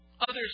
Others